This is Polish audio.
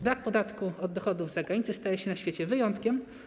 Brak podatków od dochodów z zagranicy staje się na świecie wyjątkiem.